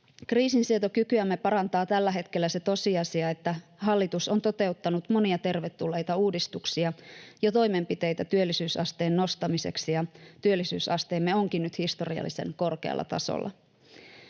Kriisinsietokykyämme parantaa tällä hetkellä se tosiasia, että hallitus on toteuttanut monia tervetulleita uudistuksia ja toimenpiteitä työllisyysasteen nostamiseksi, ja työllisyysasteemme onkin nyt historiallisen korkealla tasolla.